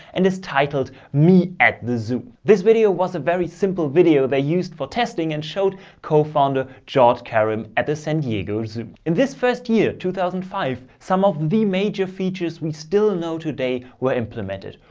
and it's titled me at the zoo. this video was a very simple video they used for testing and showed co-founder john kerry um at the san diego zoo. in this first year, two thousand and five, some of the major features we still know today were implemented.